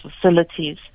facilities